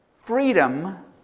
freedom